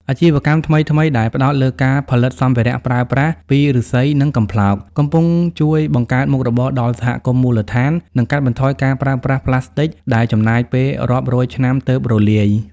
អាជីវកម្មថ្មីៗដែលផ្ដោតលើការផលិតសម្ភារៈប្រើប្រាស់ពី "ឬស្សី" និង "កំប្លោក" កំពុងជួយបង្កើតមុខរបរដល់សហគមន៍មូលដ្ឋាន និងកាត់បន្ថយការប្រើប្រាស់ប្លាស្ទិកដែលចំណាយពេលរាប់រយឆ្នាំទើបរលាយ។